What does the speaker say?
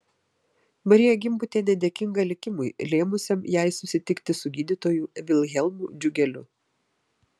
marija gimbutienė dėkinga likimui lėmusiam jai susitikti su gydytoju vilhelmu džiugeliu